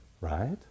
Right